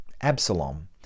Absalom